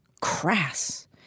crass